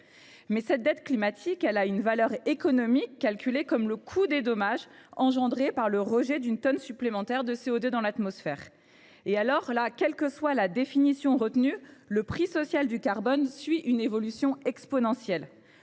Cette dette climatique a une valeur économique calculée comme le coût des dommages engendrés par le rejet d’une tonne supplémentaire de CO2 dans l’atmosphère et, quelle que soit la définition retenue, le prix social du carbone suit une évolution exponentielle.